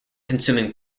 consuming